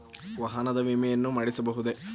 ವಾಹನದ ವಿಮೆಯನ್ನು ಮಾಡಿಸಬಹುದೇ?